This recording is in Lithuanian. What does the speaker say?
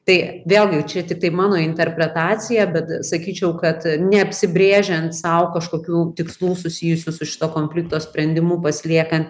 tai vėlgi čia tiktai mano interpretacija bet sakyčiau kad neapsibrėžiant sau kažkokių tikslų susijusių su šito konflikto sprendimu pasiliekan